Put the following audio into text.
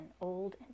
old